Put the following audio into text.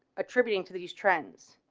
a contributing to these trends,